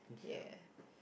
ya